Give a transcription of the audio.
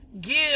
give